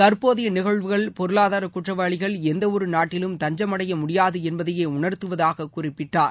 தற்போதைய நிகழ்வுகள் பொருளாதார குற்றவாளிகள் எந்த ஒரு நாட்டிலும் தஞ்சமடைய முடியாது என்பதையே உணர்த்துவதாக குறிப்பிட்டார்